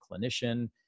clinician